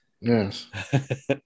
Yes